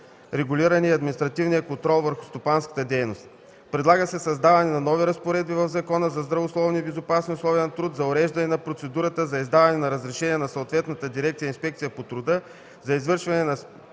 регулиране и административния контрол върху стопанската дейност. Предлага се създаване на нови разпоредби в Закона за здравословни и безопасни условия на труд за уреждане на процедурата за издаване на разрешение от съответната дирекция „Инспекция по труда” за извършване на